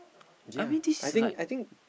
I mean this is like